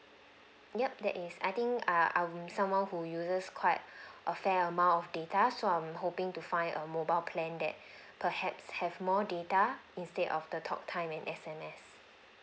yup that is I think err I am someone who uses quite a fair amount of data so I'm hoping to find a mobile plan that perhaps have more data instead of the talk time and S_M_S